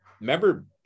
remember